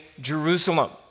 Jerusalem